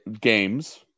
games